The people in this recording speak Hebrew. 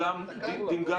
ואחרי שדימגגת את זה.